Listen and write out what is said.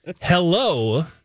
Hello